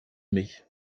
mich